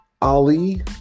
Ali